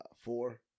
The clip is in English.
Four